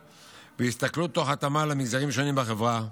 והסתכלות תוך התאמה למגזרים השונים בחברה.